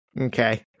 Okay